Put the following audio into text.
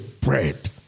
bread